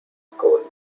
school